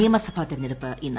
നിയമസഭാ തിരഞ്ഞെടുപ്പ് ഇന്ന്